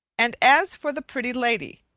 and as for the pretty lady,